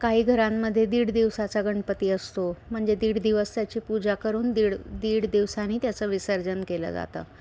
काही घरांमध्ये दीड दिवसाचा गणपती असतो म्हणजे दीड दिवस त्याची पूजा करून दीड दीड दिवसांनी त्याचं विसर्जन केलं जातं